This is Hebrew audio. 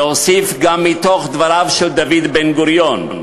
אוסיף גם מדבריו של דוד בן-גוריון: